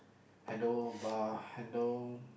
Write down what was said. handle bar handle